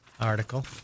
article